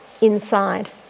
inside